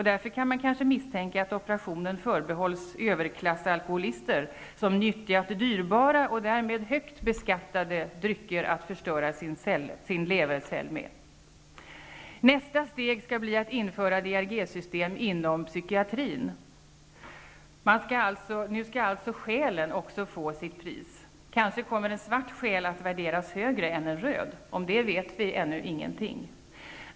Därför kan man kanske misstänka att operationer förbehålls överklassalkoholister som nyttjat dyrbara och därmed högt beskattade drycker att förstöra sina leverceller med. Nästa steg skall bli att införa DRG-systemet inom psykiatrin. Nu skall alltså själen också få sitt pris. Kanske kommer en svart själ att värderas högre än en röd? Om det vet vi ännu ingenting.